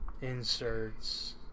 inserts